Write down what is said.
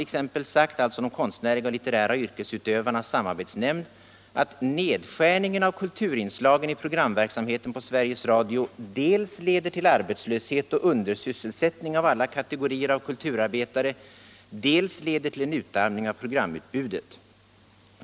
KLYS —- konstnärliga och litterära yrkesutövares samarbetsnämnd —- har sagt att ”nedskärningen av kulturinslagen i programverksamheten på SR dels leder till arbetslöshet och undersysselsättning av alla kategorier av kulturarbetare, dels leder till en utarmning av programutbudet.